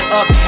up